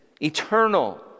eternal